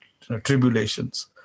tribulations